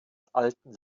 alten